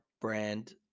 brand